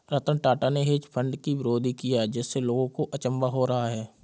रतन टाटा ने hedge fund की विरोध किया जिससे लोगों को अचंभा हो रहा है